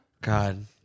God